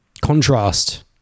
Contrast